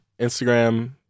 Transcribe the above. Instagram